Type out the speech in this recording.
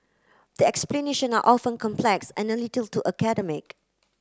the explanation are often complex and a little too academic